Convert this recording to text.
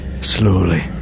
Slowly